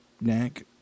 neck